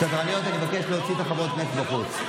סדרניות, אני מבקש להוציא את חברות הכנסת החוצה.